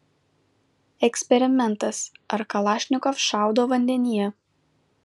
eksperimentas ar kalašnikov šaudo vandenyje